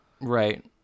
Right